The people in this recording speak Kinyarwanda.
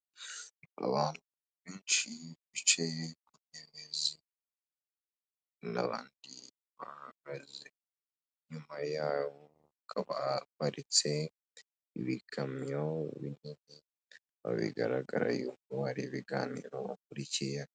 Abantu benshi bicaye ku ntebe z'umweru abandi bahagaze inyuma yabo hakaba haparitse ibikamyo binini bikaba bigaragara yuko hari ibiganiro bakurikiye.